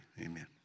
Amen